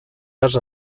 arts